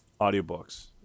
audiobooks